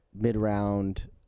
mid-round